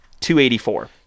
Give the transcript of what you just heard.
284